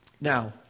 Now